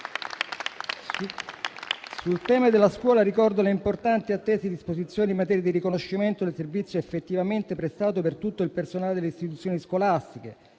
Sul tema della scuola ricordo le importanti e attese disposizioni in materia di riconoscimento del servizio effettivamente prestato per tutto il personale delle istituzioni scolastiche;